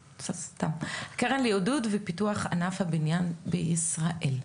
מקרן לעידוד ופיתוח ענף הבניין בישראל.